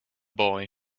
boy